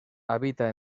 habita